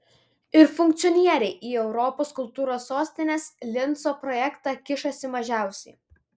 ir funkcionieriai į europos kultūros sostinės linco projektą kišasi mažiausiai